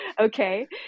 Okay